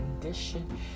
condition